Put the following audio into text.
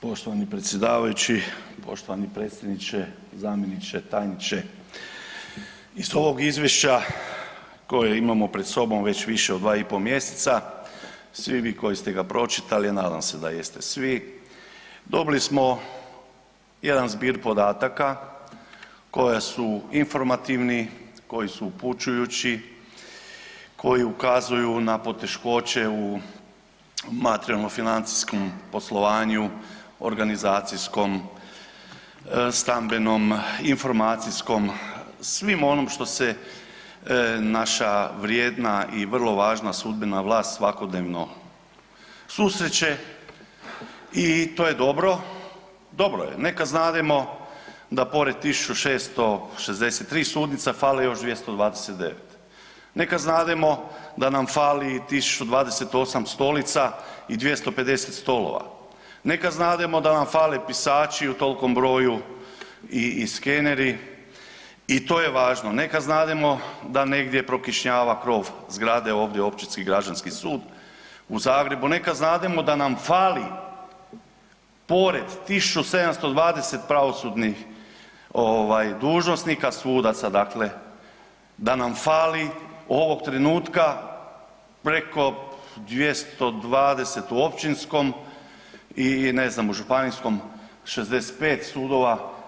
Poštovani predsjedavajući, poštovani predsjedniče, zamjeniče, tajniče, iz ovog izvješća koje imamo pred sobom već više od 2,5 mjeseca vi koji ste ga pročitali, a nadam se da jeste svi dobili smo jedan zbir podataka koji su informativni, koji su upućujući, koji ukazuju na poteškoće u materijalno-financijskom poslovanju, organizacijskom, stambenom, informacijskom svim onom što se naša vrijedna i vrlo važna sudbena vlast svakodnevno susreće i to je dobro, dobro je naka znademo da pored 1.663 sudnica fale još 229, neka znademo da nam fali 1.028 stolica i 250 stolova, neka znademo da nam fali pisači u tolikom broju i skeneri i to je važno, neka znademo da negdje prokišnjava krov zgrade ovdje Općinski građanski sud u Zagrebu, neka znademo da nam fali pored 1.720 pravosudnih dužnosnika sudaca dakle da nam fali ovog trenutka preko 220 u općinskom i ne znam u županijskom 65 sudaca.